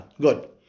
Good